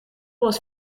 was